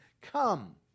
come